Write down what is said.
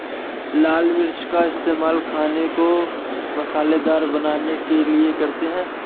लाल मिर्च का इस्तेमाल खाने को मसालेदार बनाने के लिए करते हैं